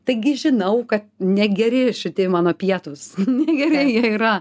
taigi žinau kad negeri šiti mano pietūs negeri jie yra